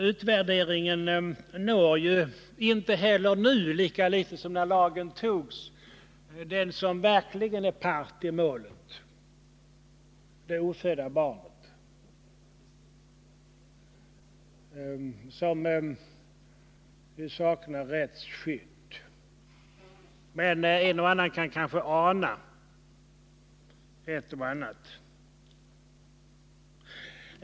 Utvärderingen når inte heller nu, lika litet som när lagen antogs, den som verkligen är part i målet — det ofödda barnet, som saknar rättsskydd — men en och annan kanske kan ana ett och annat.